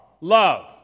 Love